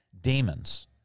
demons